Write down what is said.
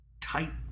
tight